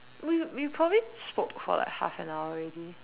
we we probably spoke for like half an hour already